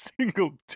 single